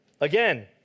Again